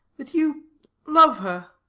that you love her.